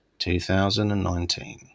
2019